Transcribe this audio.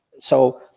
so